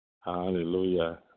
Hallelujah